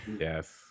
yes